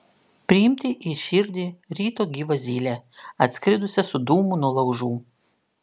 priimti į širdį ryto gyvą zylę atskridusią su dūmu nuo laužų